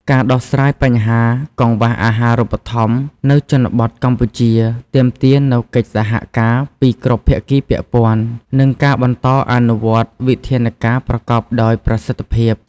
ការដោះស្រាយបញ្ហាកង្វះអាហារូបត្ថម្ភនៅជនបទកម្ពុជា ទាមទារនូវកិច្ចសហការពីគ្រប់ភាគីពាក់ព័ន្ធ និងការបន្តអនុវត្តវិធានការប្រកបដោយប្រសិទ្ធភាព។